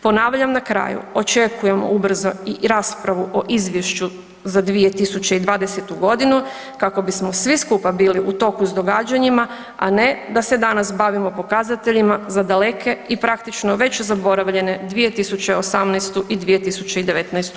Ponavljam na kraju, očekujem ubrzo i raspravu o izvješću za 2020. g. kako bismo svi skupa bili u toku s događanjima a ne da se danas bavimo pokazateljima za daleke i praktično već zaboravljene 2018. i 2019. godinu.